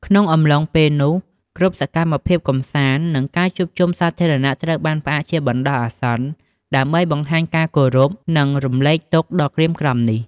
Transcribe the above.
ក្នុងអំឡុងពេលនោះ គ្រប់សកម្មភាពកម្សាន្ត និងការជួបជុំសាធារណៈត្រូវបានផ្អាកជាបណ្ដោះអាសន្ន ដើម្បីបង្ហាញការគោរព និងរំលែកទុក្ខដ៏ក្រៀមក្រំនេះ។